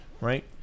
right